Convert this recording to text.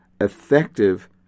effective